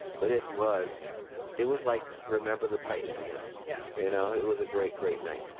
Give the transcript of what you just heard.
but it was it was like remember the titans again. yeah you know it was a great great night.